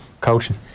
coaching